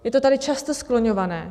Je to tady často skloňované.